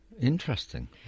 Interesting